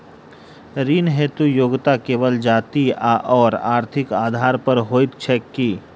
ऋण हेतु योग्यता केवल जाति आओर आर्थिक आधार पर होइत छैक की?